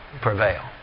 prevail